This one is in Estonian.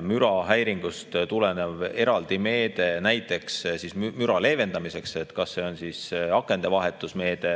mürahäiringust tulenev eraldi meede näiteks müra leevendamiseks, kas see on akende vahetuse meede